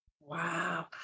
Wow